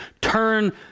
turn